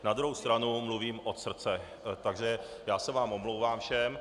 Na druhou stranu mluvím od srdce, takže já se vám omlouvám všem.